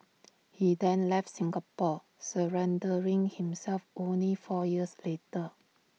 he then left Singapore surrendering himself only four years later